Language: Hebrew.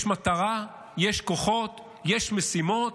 יש מטרה, יש כוחות, יש משימות,